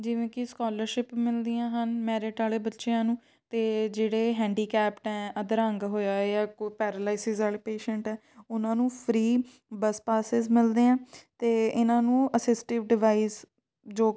ਜਿਵੇਂ ਕਿ ਸਕੋਲਰਸ਼ਿਪ ਮਿਲਦੀਆਂ ਹਨ ਮੈਰਿਟ ਵਾਲੇ ਬੱਚਿਆਂ ਨੂੰ ਅਤੇ ਜਿਹੜੇ ਹੈਂਡੀਕੈਪਡ ਹੈ ਅਧਰੰਗ ਹੋਇਆ ਜਾਂ ਕੋ ਪੈਰਾਲਾਈਸਿਸ ਵਾਲੇ ਪੇਸ਼ੈਂਟ ਹੈ ਉਹਨਾਂ ਨੂੰ ਫਰੀ ਬੱਸ ਪਾਸਿਸ ਮਿਲਦੇ ਆ ਅਤੇ ਇਹਨਾਂ ਨੂੰ ਅਸਿਸਟਿਵ ਡਿਵਾਈਸ ਜੋ